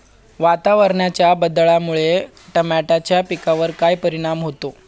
वातावरणाच्या बदलामुळे टमाट्याच्या पिकावर काय परिणाम होतो?